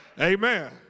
Amen